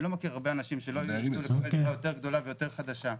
אני לא מכיר הרבה אנשים שלא ירצו לקבל דירה יותר גדולה ויותר חדשה.